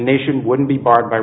nation wouldn't be barred by